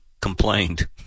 complained